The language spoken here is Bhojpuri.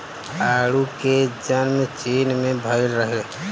आडू के जनम चीन में भइल रहे